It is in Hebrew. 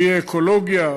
והיא אקולוגיה,